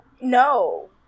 No